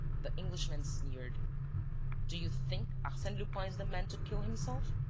the englishman sneered do you think arsene lupin is the man to kill himself?